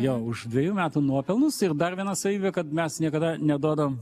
jo už dvejų metų nuopelnus ir dar viena savybė kad mes niekada neduodam